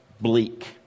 bleak